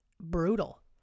brutal